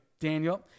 Daniel